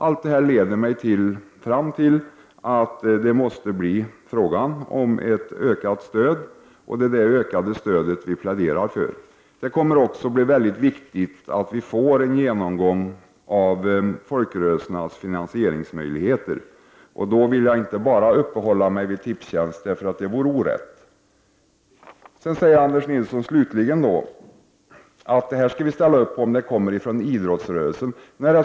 Allt detta leder mig fram till att det måste bli fråga om ett ökat stöd, och det är detta ökade stöd som jag pläderar för. Det kommer också att bli mycket viktigt med en genomgång av folkrörelsernas finansieringsmöjligheter. Då vill jag inte bara uppehålla mig vid Tipstjänst, eftersom det vore orätt. Anders Nilsson säger slutligen att socialdemokraterna skall ställa sig bakom detta om idrottsrörelsen begär det.